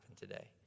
today